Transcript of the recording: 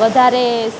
વધારે